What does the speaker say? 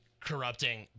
corrupting